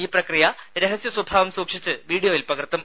ഈ പ്രക്രിയ രഹസ്യസ്വഭാവം സൂക്ഷിച്ച് വീഡിയോയിൽ പകർത്തും